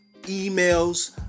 emails